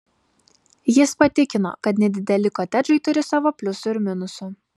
jis patikino kad nedideli kotedžai turi savo pliusų ir minusų